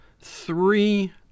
three